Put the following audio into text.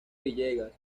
villegas